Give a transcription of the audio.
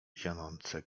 zionące